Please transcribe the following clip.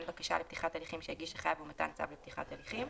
בקשה לפתיחת הליכים שהגיש החייב ומתן צו לפתיחת הליכים,"